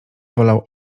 wolał